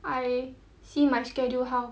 I see my schedule how